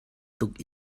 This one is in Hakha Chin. tuk